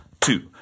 two